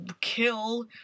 kill